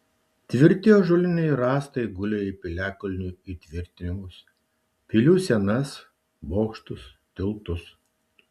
tvirti ąžuoliniai rąstai gulė į piliakalnių įtvirtinimus pilių sienas bokštus tiltus